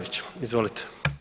Izvolite.